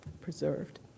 preserved